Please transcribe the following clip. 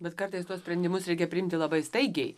bet kartais tuos sprendimus reikia priimti labai staigiai